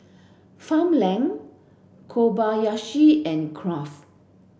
Farmland Kobayashi and Kraft